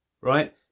right